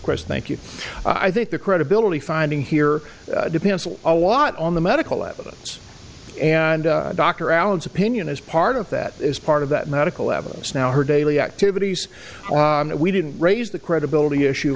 question thank you i think the credibility finding here depends a lot on the medical evidence and dr allen's opinion as part of that is part of that medical evidence now her daily activities that we didn't raise the credibility issue